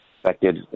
Affected